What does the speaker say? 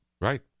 Right